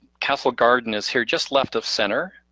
castle garden is here just left of center.